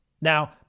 Now